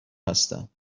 هستم